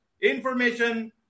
information